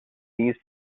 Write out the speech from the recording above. these